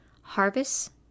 harvest